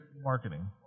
marketing